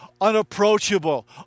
unapproachable